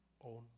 own